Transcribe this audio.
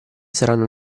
saranno